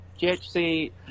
GHC